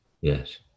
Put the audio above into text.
Yes